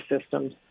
systems